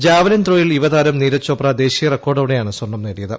javelin ത്രോയിൽ യുവതാരം നീരജ് ചോപ്ര ദേശീയ റിക്കോർഡോടെയാണ് സ്വർണ്ണം നേടിയത്